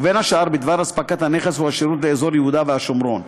ובין השאר בדבר אספקת הנכס או השירות לאזור יהודה והשומרון.